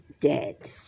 dead